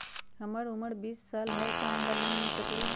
हमर उमर बीस साल हाय का हमरा लोन मिल सकली ह?